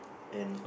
and